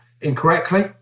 incorrectly